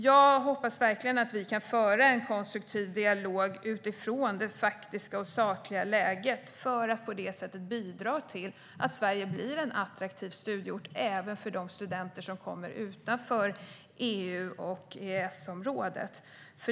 Jag hoppas som sagt att vi kan föra en konstruktiv dialog utifrån det faktiska och sakliga läget för att på det sättet bidra till att Sverige blir attraktivt för studier även för de studenter som kommer från länder utanför EU och EES-området.